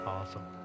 Awesome